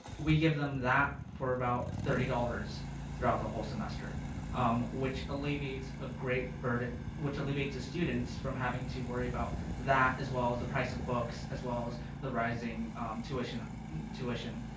we give them that for about thirty dollars throughout the whole semester um which alleviates a great burden which alleviates the students from having to worry about that as well as the prize of books as well as the rising tuition up tuition.